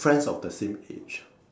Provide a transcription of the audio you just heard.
friends of the same age